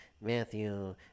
Matthew